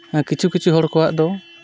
ᱠᱤᱪᱷᱩ ᱠᱤᱪᱷᱩ ᱦᱚᱲ ᱠᱚᱣᱟᱜ ᱫᱚ